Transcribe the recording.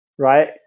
right